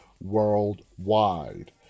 worldwide